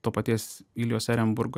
to paties iljos erenburgo